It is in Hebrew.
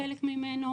חלק ממנו,